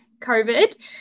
COVID